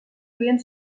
havien